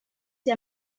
sie